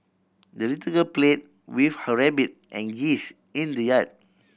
the little girl play with her rabbit and geese in the yard